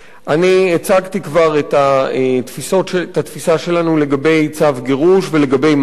אני הצגתי כבר את התפיסה שלנו לגבי צו גירוש ולגבי מתי